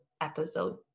episode